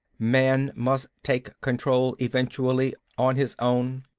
man must take control eventually, on his own.